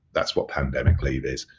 that's what pandemic leave is.